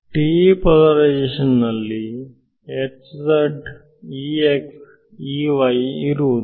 TE polarisation ನಲ್ಲಿ ಇರುವುದು